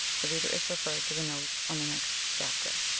the reader is referred to the notes on the next chapter.